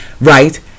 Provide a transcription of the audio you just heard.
right